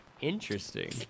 Interesting